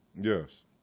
Yes